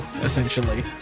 essentially